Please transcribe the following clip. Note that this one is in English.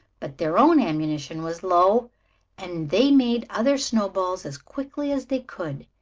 but their own ammunition was low and they made other snowballs as quickly as they could,